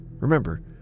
Remember